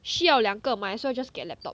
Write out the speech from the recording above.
需要两个 might as well just get laptop